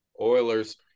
Oilers